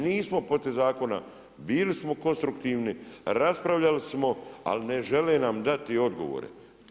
Nismo protiv zakona, bili smo konstruktivni, raspravljali smo, ali ne žele nam dati odgovore.